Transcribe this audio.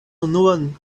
unuan